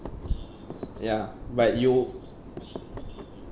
ya but you